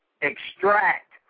extract